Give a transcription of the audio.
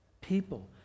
people